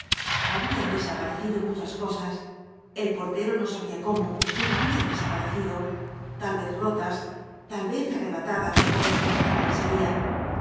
habían desaparecido muchas cosas el portero no sabía cómo pero habían desaparecido tal vez rotas tal vez arrebatadas por los que entraban y salían